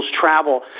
travel